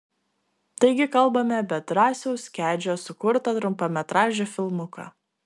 taigi kalbame apie drąsiaus kedžio sukurtą trumpametražį filmuką